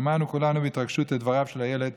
שמענו כולנו בהתרגשות את הילד